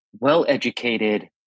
well-educated